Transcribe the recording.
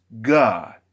God